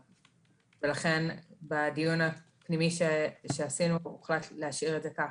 ולכן בדיון הפנימי שקיימנו הוחלט להשאיר את זה ככה.